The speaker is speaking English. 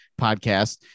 podcast